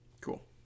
Cool